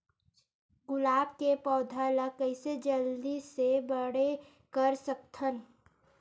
गुलाब के पौधा ल कइसे जल्दी से बड़े कर सकथन?